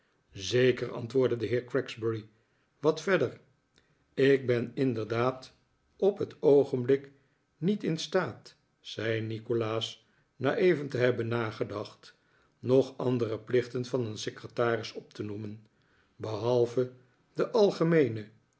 zeker antwoordde de heer gregsbury wat verder ik ben inderdaad op het oogenblik niet in staat zei nikolaas na even te hebben nagedacht nog andere plichten van een secretaris op te noemen behalve den